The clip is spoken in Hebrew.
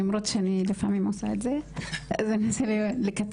למרות שאני לפעמים עושה את זה ואני אנסה לקצר.